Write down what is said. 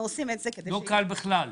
לא קל בכלל.